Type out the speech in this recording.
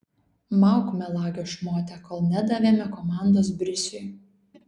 mauk melagio šmote kol nedavėme komandos brisiui